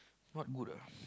not good ah